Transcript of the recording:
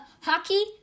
Hockey